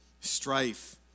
Strife